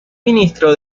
ministro